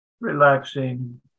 relaxing